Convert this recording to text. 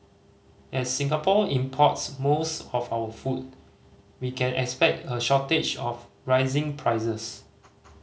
as Singapore import's most of our food we can expect a shortage of rising prices